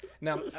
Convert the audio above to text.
Now